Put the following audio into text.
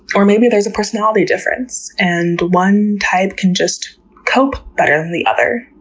or maybe there's a personality difference and one type can just cope better than the other.